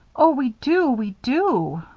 oh, we do, we do,